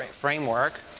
framework